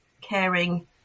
caring